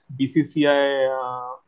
BCCI